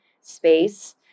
space